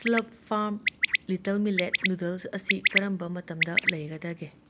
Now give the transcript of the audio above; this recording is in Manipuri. slurp Farm little millet noodles ꯑꯁꯤ ꯀꯔꯝꯕ ꯃꯇꯝꯗ ꯂꯩꯒꯗꯒꯦ